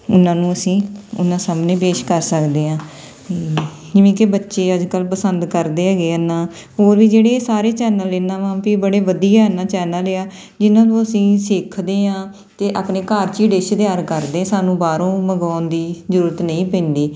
ਉਹਨਾਂ ਨੂੰ ਅਸੀਂ ਉਹਨਾਂ ਸਾਹਮਣੇ ਪੇਸ਼ ਕਰ ਸਕਦੇ ਹਾਂ ਜਿਵੇਂ ਕਿ ਬੱਚੇ ਅੱਜ ਕੱਲ੍ਹ ਪਸੰਦ ਕਰਦੇ ਹੈਗੇ ਐਨਾ ਹੋਰ ਵੀ ਜਿਹੜੇ ਸਾਰੇ ਚੈਨਲ ਇਹਨਾਂ ਵਾ ਵੀ ਬੜੇ ਵਧੀਆ ਇਹਨਾਂ ਚੈਨਲ ਆ ਜਿੰਨ੍ਹਾਂ ਨੂੰ ਅਸੀਂ ਸਿੱਖਦੇ ਹਾਂ ਅਤੇ ਆਪਣੇ ਘਰ 'ਚ ਹੀ ਡਿਸ਼ ਤਿਆਰ ਕਰਦੇ ਸਾਨੂੰ ਬਾਹਰੋਂ ਮੰਗਾਉਣ ਦੀ ਜ਼ਰੂਰਤ ਨਹੀਂ ਪੈਂਦੀ